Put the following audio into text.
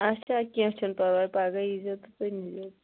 اچھا کیٚنٛہہ چھُنہٕ پرواے پگاہ ییٖزیٚو تُہۍ تہٕ نیٖزیٚو